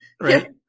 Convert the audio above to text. Right